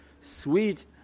sweet